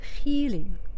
healing